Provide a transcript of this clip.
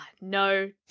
no